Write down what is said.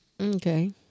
Okay